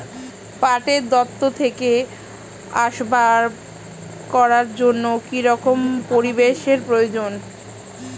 পাটের দণ্ড থেকে আসবাব করার জন্য কি রকম পরিবেশ এর প্রয়োজন?